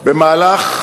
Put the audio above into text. בשעות